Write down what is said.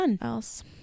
else